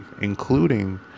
including